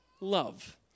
love